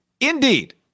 Indeed